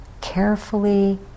carefully